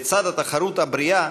לצד התחרות הבריאה,